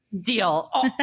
deal